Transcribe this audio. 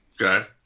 Okay